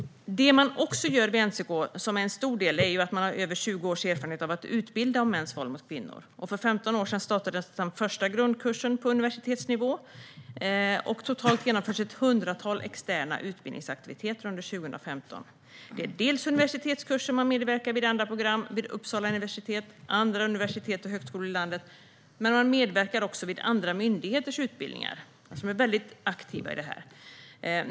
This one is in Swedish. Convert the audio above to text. NCK gör också annat - det är en stor del. Man har över 20 års erfarenhet av att utbilda om mäns våld mot kvinnor. För 15 år sedan startades den första grundkursen på universitetsnivå. Totalt genomfördes ett hundratal externa utbildningsaktiviteter under 2015. Det är universitetskurser - man medverkar i andra program på Uppsala universitet och på andra universitet och högskolor i landet. Men man medverkar också i andra myndigheters utbildningar. De är väldigt aktiva i fråga om detta.